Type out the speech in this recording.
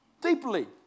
deeply